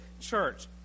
church